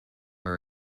are